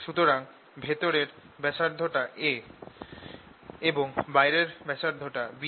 সুতরাং ভেতরের ব্যাসার্ধটা a এবং বাইরের ব্যাসার্ধটা b